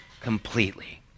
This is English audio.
completely